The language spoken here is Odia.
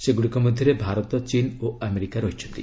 ସେଗୁଡ଼ିକ ମଧ୍ୟରେ ଭାରତ ଚୀନ୍ ଓ ଆମେରିକା ରହିଚ୍ଚନ୍ତି